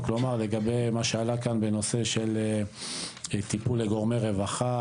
כלומר לגבי מה שעלה כאן בנושא של טיפול לגורמי רווחה,